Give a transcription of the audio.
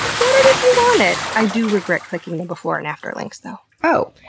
get it if you want it. i do regret clicking the before and after links, though. oh,